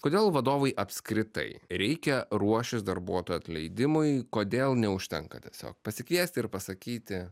kodėl vadovui apskritai reikia ruošis darbuotojų atleidimui kodėl neužtenka tiesiog pasikviesti ir pasakyti